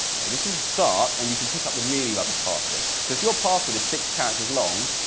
okay, this is a start and you can pick up the really rubbish passwords. so if your password is six characters long,